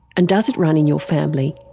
and does it run in your family?